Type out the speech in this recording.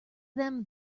them